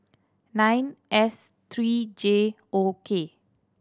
nine S three J O K